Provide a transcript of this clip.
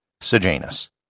Sejanus